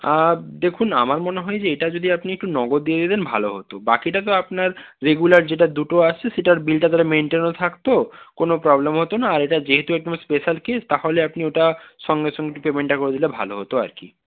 দেখুন আমার মনে হয় যে এটা যদি আপনি একটু নগদ দিয়ে দিতেন ভালো হতো বাকিটা তো আপনার রেগুলার যেটা দুটো আসছে সেটার বিলটা তাহলে মেইনটেনও থাকত কোনো প্রবলেম হতো না আর এটা যেহেতু একদম স্পেশাল কেস তাহলে আপনি ওটা সঙ্গে সঙ্গে পেমেন্টটা করে দিলে ভালো হতো আর কি